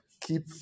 keep